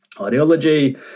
ideology